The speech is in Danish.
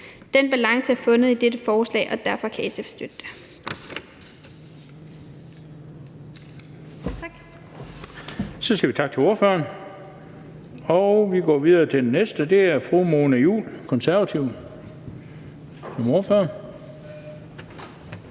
Den balance er fundet i dette forslag, og derfor kan SF støtte det.